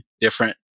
different